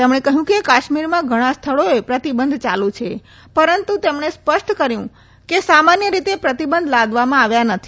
તેમણે કહ્યું કે કાશ્મીરમાં ઘણા સ્થળોએ પ્રતિબંધ ચાલુ છે પરંતુ તેમણે સ્પષ્ટ કર્યું કે સામાન્ય રીતે પ્રતિબંધ લાદવામાં આવ્યા નથી